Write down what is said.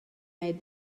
made